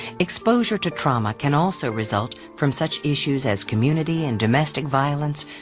exposure to trauma can also result from such issues as community and domestic violence,